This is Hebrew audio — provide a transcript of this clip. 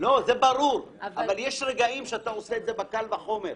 אבל יש רגעים שאתה עושה את זה בקל וחומר,